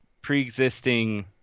pre-existing